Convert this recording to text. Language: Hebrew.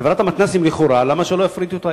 חברת המתנ"סים, לכאורה, למה שלא יפריטו אותה?